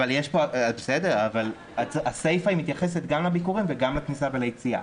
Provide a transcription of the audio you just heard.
הסיפא מתייחסת גם לביקורים וגם לכניסה וליציאה.